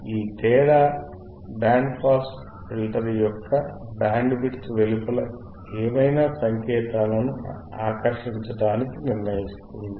ఈ తేడా band pass filter యొక్క బ్యాండ్ విడ్త్ వెలుపల ఏదైనా సంకేతాలను ఆకర్షింటాన్ని నిర్ణయిస్తుంది